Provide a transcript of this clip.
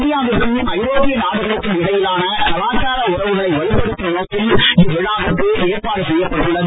இந்தியாவிற்கும் ஐரோப்பிய நாடுகளுக்கும் இடையிலான கலாச்சார உறவுகளை வலுப்படுத்தம் நோக்கில் இவ்விழாவிற்கு ஏற்பாடு செய்யப்பட்டு உள்ளது